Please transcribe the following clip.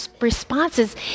responses